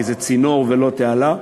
כי זה צינור ולא תעלה.